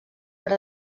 per